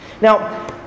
Now